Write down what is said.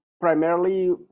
primarily